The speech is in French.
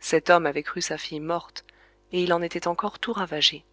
cet homme avait cru sa fille morte et il en était encore tout ravagé